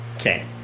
Okay